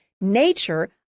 nature